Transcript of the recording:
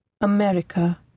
America